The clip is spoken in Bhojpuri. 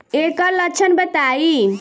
ऐकर लक्षण बताई?